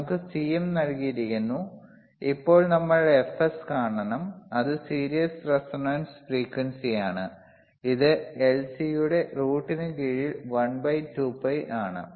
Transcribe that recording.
നമുക്ക് Cm നൽകിയിരിക്കുന്നു ഇപ്പോൾ നമ്മൾ Fs കാണണം അത് സീരീസ് റെസൊണന്റ് ഫ്രീക്വൻസി ആണ് ഇത് L C യുടെ റൂട്ടിന് കീഴിൽ 1 by 2 pi ആണ്